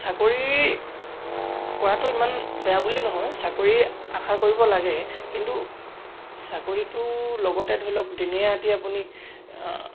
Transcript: চাকৰি কৰাটো ইমান বেয়া বুলি নহয় চাকৰি আশা কৰিব লাগে কিন্তু চাকৰিটো লগতে ধৰি লওক দিনে ৰাতিয়ে আপুনি